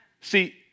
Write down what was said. see